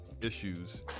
issues